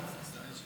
אתם מייצגים אותו.